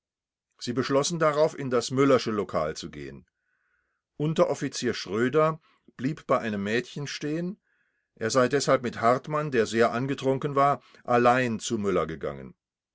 sie beschlossen darauf in das müllersche lokal zu gehen unteroffizier schröder blieb bei einem mädchen stehen er sei deshalb mit hartmann der sehr angetrunken war allein zu müller gegangen